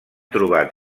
trobat